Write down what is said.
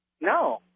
No